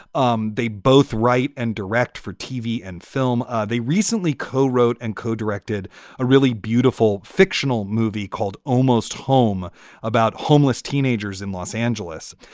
um they both write and direct for tv and film. ah they recently co-wrote and co directed a really beautiful fictional movie called almost home about homeless teenagers in los angeles.